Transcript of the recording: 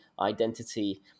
identity